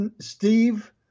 Steve